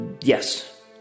Yes